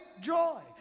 joy